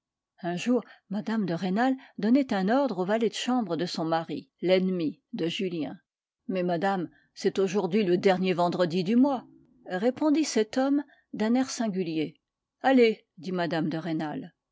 un jour mme de rênal donnait un ordre au valet de chambre de son mari l'ennemi de julien mais madame c'est aujourd'hui le dernier vendredi du mois répondit cet homme d'un air singulier allez dit mme de rênal